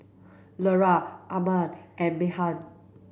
Lera Arman and Meghan